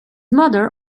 mother